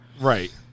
Right